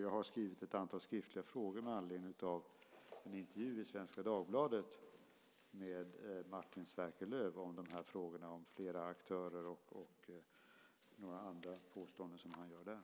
Jag har skrivit ett antal skriftliga frågor med anledning av en intervju med Sverker Martin-Löf i Svenska Dagbladet som gällde frågan om fler aktörer. Han gjorde även en del andra påståenden.